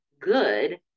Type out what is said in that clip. good